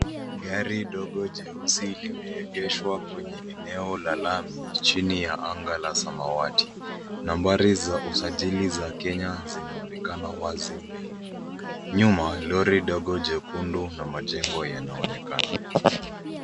Gari dogo jeusi limeegeshwa kwenye eneo la lami chini ya anga la samawati. Nambari za usajili za Kenya zinaonekana wazi mbele. Nyuma lori dogo jekundu na majengo yanaonekana.